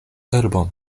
urbon